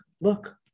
look